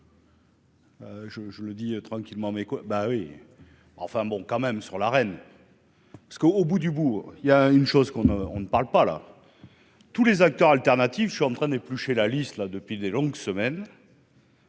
Je le dis tranquillement mais bah oui, enfin bon quand même sur la reine, parce qu'au bout du bourg, il y a une chose qu'on ne on ne parle pas là tous les acteurs alternatifs, je suis en train d'éplucher la liste là depuis des longues semaines.